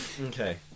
Okay